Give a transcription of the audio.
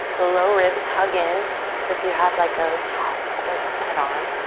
lower ribs hug in as if you have like a corset on.